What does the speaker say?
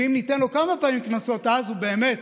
ואם ניתן לו כמה פעמים קנסות, אז הוא באמת